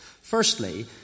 Firstly